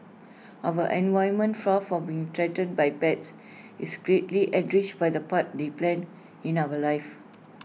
our environment far from being threatened by pets is greatly enriched by the part they play in our lives